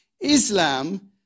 Islam